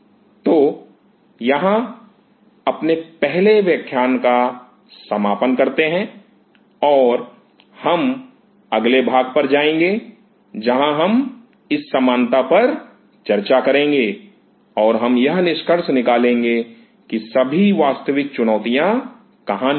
तो यहां अपने पहले व्याख्यान का समापन करते हैं और हम अगले भाग पर जाएँगे जहाँ हम इस समानता पर चर्चा करेंगे और हम यह निष्कर्ष निकालेंगे कि सभी वास्तविक चुनौतियाँ कहाँ निहित हैं